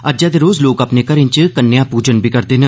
अज्जै दे रोज लोक अपने घरें च कन्या पूजन बी करदे न